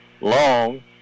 long